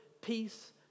peace